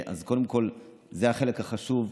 אז קודם כול, זה החלק החשוב.